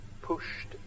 pushed